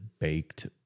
baked